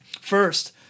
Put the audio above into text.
First